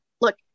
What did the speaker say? look